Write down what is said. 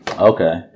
Okay